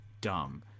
dumb